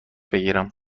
بگیرم